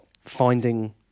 finding